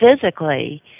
physically